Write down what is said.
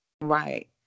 Right